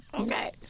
Okay